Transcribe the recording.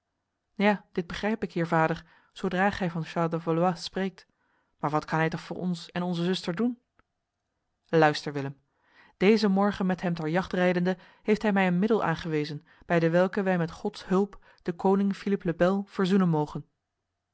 ja dit begrijp ik heer vader zodra gij van charles de valois spreekt maar wat kan hij toch voor ons en onze zuster doen luister willem deze morgen met hem ter jacht rijdende heeft hij mij een middel aangewezen bij dewelke wij met gods hulp de koning philippe le bel verzoenen mogen